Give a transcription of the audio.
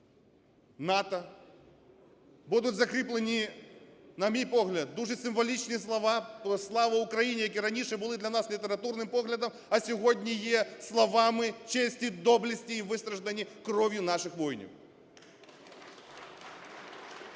НАТО. Будуть закріплені, на мій погляд, дуже символічні слова про "Слава Україні!", які раніше були для нас літературним поглядом, а сьогодні є словами честі, доблесті і вистраждані кров'ю наших воїнів.